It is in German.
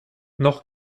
noch